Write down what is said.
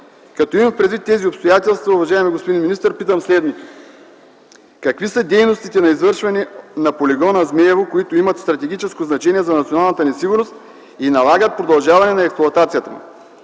Като имам предвид тези обстоятелства, уважаеми господин министър, питам следното: Какви са дейностите на извършване на полигона „Змейово”, които имат стратегическо значение за националната ни сигурност и налагат продължаване на експлоатацията му?